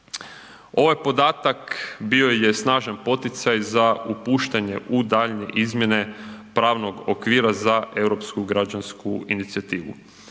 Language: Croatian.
Ovaj podatak bio je snažan poticaj za upuštanje u daljnje izmjene pravnog okvira za Europsku građansku inicijativu.